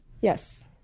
yes